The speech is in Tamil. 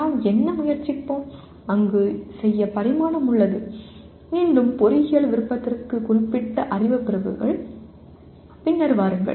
நாம் என்ன முயற்சிப்போம் அங்கு செய்ய பரிமாணம் உள்ளது மீண்டும் பொறியியல் விருப்பத்திற்கு குறிப்பிட்ட அறிவு பிரிவுகள் பின்னர் வாருங்கள்